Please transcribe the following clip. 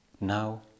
now